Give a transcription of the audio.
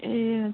ए